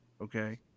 Okay